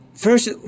First